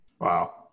Wow